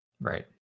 right